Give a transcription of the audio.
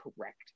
correct